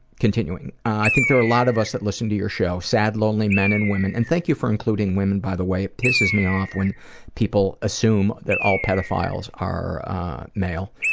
continuing. i think there are a lot of us that listen to your show, sad lonely men and women and thank you for including women by the way. it pisses me up when people assume that all pedophiles are male,